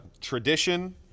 tradition